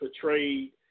portrayed